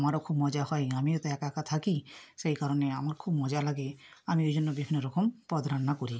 আমারও খুব মজা হয় আমিও তো একা একা থাকি সেই কারণে আমার খুব মজা লাগে আমি ওই জন্য বিভিন্ন রকম পদ রান্না করি